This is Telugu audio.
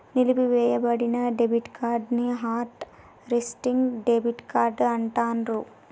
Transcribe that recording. నిలిపివేయబడిన డెబిట్ కార్డ్ ని హాట్ లిస్టింగ్ డెబిట్ కార్డ్ అంటాండ్రు